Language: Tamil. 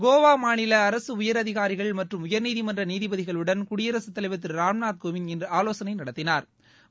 கோவா மாநில அரசு உயர் அதிகாரிகள் மற்றும் உயர்நீதிமன்ற நீதிபதிகளுடன் குடியரசுத்தலைவா் திரு ராம்நாத் கோவிந்த் இன்று ஆலோசனை நடத்தினாா்